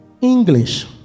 english